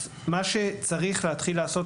אז מה שצריך להתחיל לעשות,